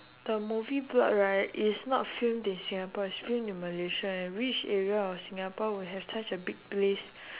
the movie plot right is not filmed in singapore is filmed in malaysia and which area of singapore would have such a big place